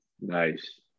nice